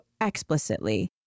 explicitly